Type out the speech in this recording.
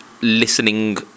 listening